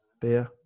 beer